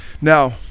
Now